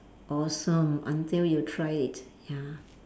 awesome until you try it ya